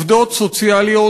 עובדות סוציאליות,